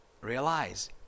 realize